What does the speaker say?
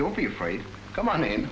don't be afraid to come on an